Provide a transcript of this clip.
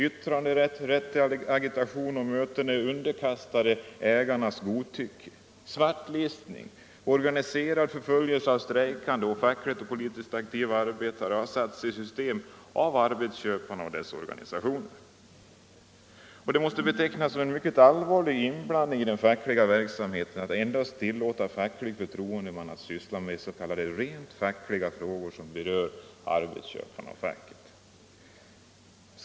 Yttran derätt och rätt till agitation och möten är underkastade ägarnas godtycke. Nr 93 Svartlistning och organiserad förföljelse av strejkande och av fackligt Onsdagen den och politiskt aktiva arbetare har satts i system av arbetsköparna och deras 28 maj 1975 organisationer. Det måste betecknas som en mycket allvarlig inblandning i den fackliga Facklig förtroendeverksamheten att facklig förtroendeman endast tillåts att syssla med s.k. mans ställning på rent fackliga frågor som berör arbetsköparen och facket direkt.